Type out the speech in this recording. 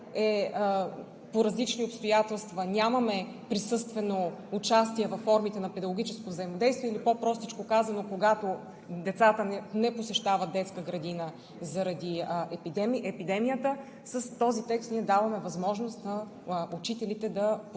по различни обстоятелства нямаме присъствено участие във формите на педагогическо взаимодействие или по-простичко казано, когато децата не посещават детска градина заради епидемията, с този текст, ние даваме възможност на учителите да подпомагат